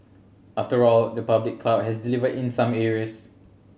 after all the public cloud has delivered in some areas